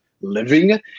living